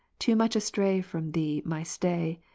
too much astray from thee my stay,